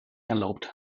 erlaubt